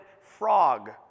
frog